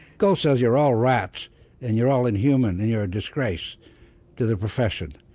gold says you're all rats and you're all inhuman and you're a disgrace to the profession.